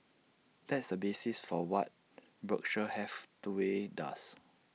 that's the basis for what Berkshire Hathaway does